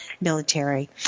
military